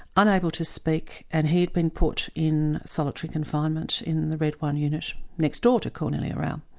unable to speak and he had been put in solitary confinement in the red one unit next door to cornelia rau.